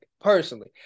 personally